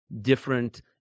different